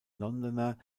londoner